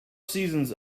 seasons